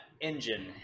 engine